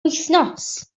wythnos